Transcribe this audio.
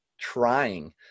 trying